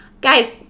Guys